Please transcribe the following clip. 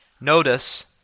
Notice